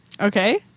okay